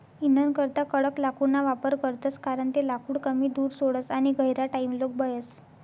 इंधनकरता कडक लाकूडना वापर करतस कारण ते लाकूड कमी धूर सोडस आणि गहिरा टाइमलोग बयस